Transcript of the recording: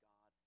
God